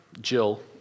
Jill